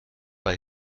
bei